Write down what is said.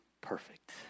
perfect